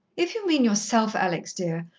if you mean yourself, alex, dear,